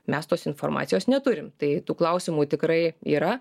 mes tos informacijos neturim tai tų klausimų tikrai yra